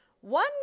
One